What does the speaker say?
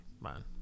man